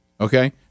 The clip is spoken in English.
Okay